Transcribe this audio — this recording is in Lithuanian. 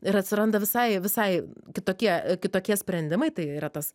ir atsiranda visai visai kitokie kitokie sprendimai tai yra tas